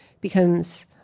becomes